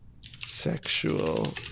sexual